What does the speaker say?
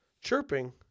chirping